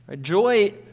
Joy